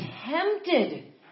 tempted